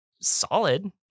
solid